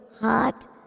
Hot